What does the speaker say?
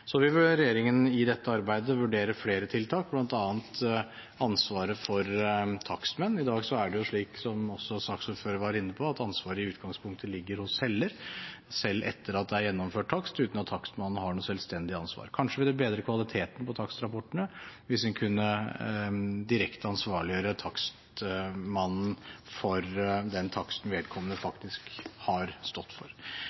Så vil regjeringen i dette arbeidet vurdere flere tiltak, bl.a. ansvaret for takstmenn. I dag er det slik, som også saksordføreren var inne på, at ansvaret i utgangspunktet ligger hos selger, selv etter at det er gjennomført takst, uten at takstmannen har noe selvstendig ansvar. Kanskje ville det bedre kvaliteten på takstrapportene hvis en kunne direkte ansvarliggjøre takstmannen for den taksten vedkommende faktisk har stått for.